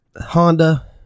Honda